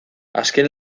azken